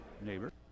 Neighbor